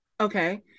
Okay